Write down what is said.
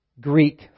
Greek